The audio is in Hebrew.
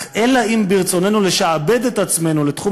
אלא אם כן ברצוננו לשעבד את עצמנו לתחום